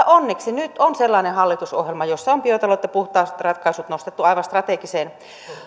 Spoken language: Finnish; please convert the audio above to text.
onneksi nyt on sellainen hallitusohjelma jossa on biotalous ja puhtaat ratkaisut nostettu aivan strategiseen